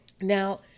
Now